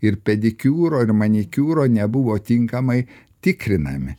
ir pedikiūro ir manikiūro nebuvo tinkamai tikrinami